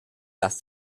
das